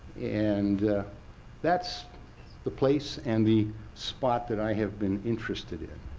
and that's the place and the spot that i have been interested in.